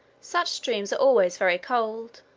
such streams are always very cold.